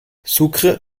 sucre